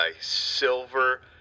Silver